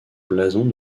blason